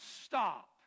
stop